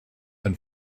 and